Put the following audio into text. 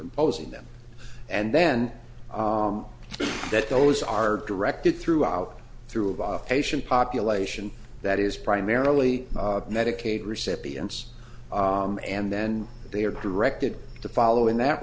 imposing them and then that those are directed throughout through a patient population that is primarily medicaid recipients and then they are directed to follow in that